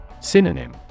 Synonym